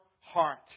heart